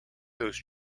throws